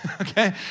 Okay